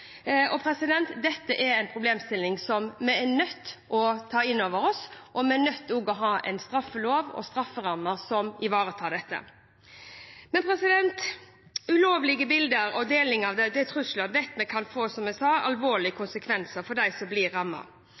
inn over oss, og vi er nødt til å ha en straffelov og strafferammer som ivaretar dette. Ulovlige bilder, deling av dem og trusler vet vi, som jeg sa, kan få alvorlige konsekvenser for dem som blir